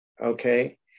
okay